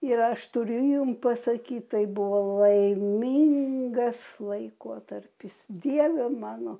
ir aš turiu jum pasakyt tai buvo laimingas laikotarpis dieve mano